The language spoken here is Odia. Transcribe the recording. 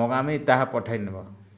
ମଗାମି ତାହା ପଠେଇ ନବ